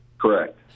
Correct